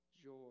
joy